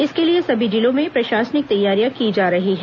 इसके लिए सभी जिलों में प्रशासनिक तैयारियां की जा रही हैं